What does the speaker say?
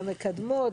והמקדמות.